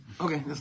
Okay